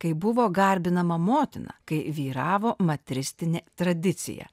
kai buvo garbinama motina kai vyravo matristinė tradicija